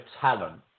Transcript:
talent